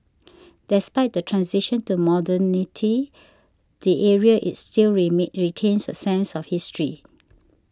despite the transition to modernity the area is still remain retains a sense of history